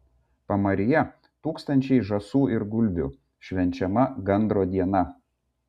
pamaryje tūkstančiai žąsų ir gulbių švenčiama gandro diena